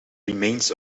remains